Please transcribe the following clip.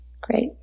Great